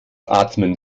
atmen